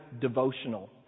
devotional